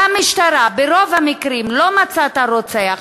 והמשטרה ברוב המקרים לא מצאה את הרוצח,